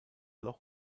loch